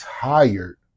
tired